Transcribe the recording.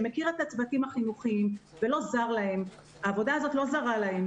שמכיר את הצוותים החינוכיים ושהעבודה הזאת לא זרה לו.